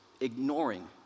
ignoring